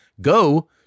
go